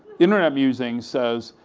internet musings says,